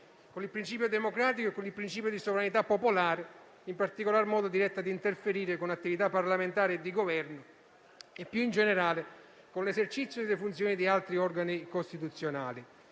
con il principio democratico e con il principio di sovranità popolare, in particolar modo diretta a interferire con attività parlamentari e di Governo e, più in generale, con l'esercizio delle funzioni di altri organi costituzionali.